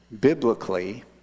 biblically